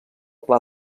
pla